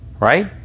right